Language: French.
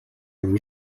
lui